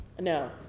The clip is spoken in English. No